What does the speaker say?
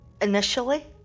initially